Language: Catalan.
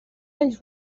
anys